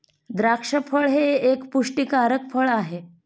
द्राक्ष फळ हे एक पुष्टीकारक फळ आहे